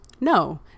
No